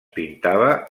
pintava